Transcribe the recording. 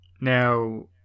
Now